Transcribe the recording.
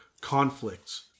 conflicts